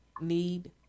need